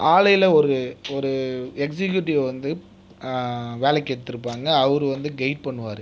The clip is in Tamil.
ஆலையில் ஒரு ஒரு எக்ஸிகியூட்டிவ் வந்து வேலைக்கு எடுத்திருப்பாங்க அவர் வந்து கைட் பண்ணுவார்